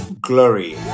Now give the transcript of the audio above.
glory